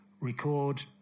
record